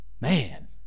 man